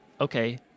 okay